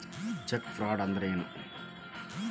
Check fraud ಅಂದ್ರ ಏನು?